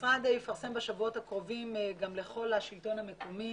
המשרד יפרסם בשבועות הקרובים לכל השלטון המקומי